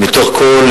מתוך כל